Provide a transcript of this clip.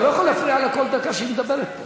אתה לא יכול להפריע לה כל דקה שהיא מדברת פה.